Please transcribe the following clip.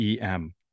EM